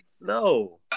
No